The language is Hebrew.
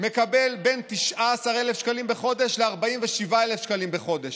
מקבל בין 19,000 שקלים בחודש ל-47,000 שקלים בחודש,